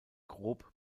grob